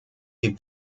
die